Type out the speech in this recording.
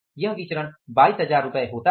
यह विचरण 22000 रुपये होता है